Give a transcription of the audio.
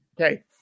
Okay